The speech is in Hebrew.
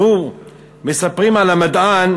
מספרים על המדען